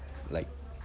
like